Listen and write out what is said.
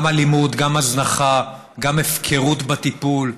גם אלימות, גם הזנחה, גם הפקרות בטיפול.